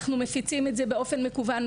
אנחנו מפיצים את זה באופן מקוון,